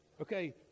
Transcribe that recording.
Okay